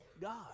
God